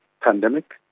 pandemic